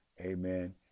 Amen